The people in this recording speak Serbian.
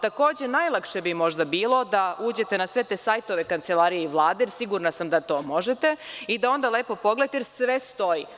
Takođe, najlakše bi možda bilo da uđete na sve te sajtove Kancelarije i Vlade, jer sigurna sam da to možete i da onda lepo pogledate, jer sve stoji.